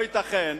לא ייתכן